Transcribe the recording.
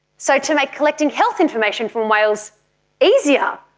so to make collecting health information from whales easier,